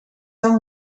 wel